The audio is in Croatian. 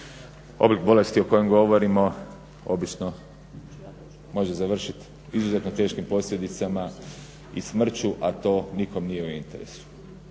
oblik bolesti o kojoj govorimo obično može završiti izuzetno teškim posljedicama i smrću, a to nikom nije u interesu.